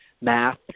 math